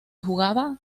jugaba